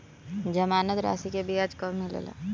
जमानद राशी के ब्याज कब मिले ला?